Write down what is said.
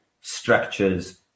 structures